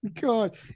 God